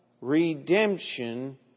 redemption